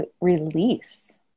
release